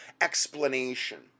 explanation